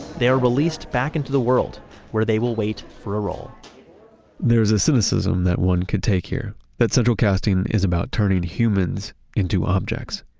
they are released back into the world where they will wait for a role there's a cynicism that one could take here that central casting is about turning humans into objects.